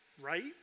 right